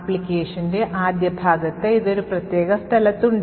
ആപ്ലിക്കേഷന്റെ ആദ്യ ഭാഗത്ത് ഇത് ഒരു പ്രത്യേക സ്ഥലത്ത് ഉണ്ട്